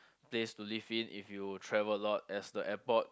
place to live in if you travel a lot as the airport